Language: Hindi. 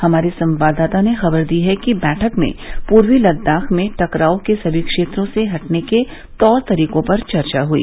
हमारे संवाददाता ने खबर दी है कि बैठक में पूर्वी लद्दाख में टकराव के सभी क्षेत्रों से हटने के तौर तरीकों पर चर्चा हुई